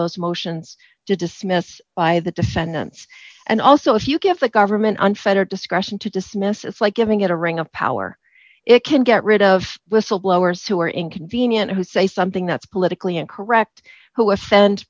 those motions to dismiss by the defendants and also if you give the government unfettered discretion to dismiss it's like giving it a ring of power it can get rid of whistleblowers who are inconvenient who say something that's politically incorrect who